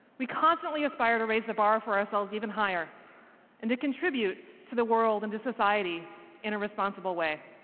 we constantly aspire to raise the bar for ourselves even higher and to contribute to the world and to society in a responsible way.